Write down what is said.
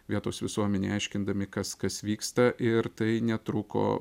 vietos visuomenei aiškindami kas kas vyksta ir tai netruko